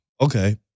Okay